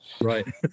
Right